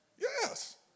Yes